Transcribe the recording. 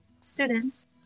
students